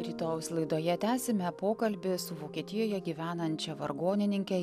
rytojaus laidoje tęsime pokalbį su vokietijoje gyvenančia vargonininke